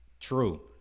True